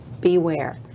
beware